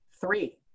three